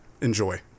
enjoy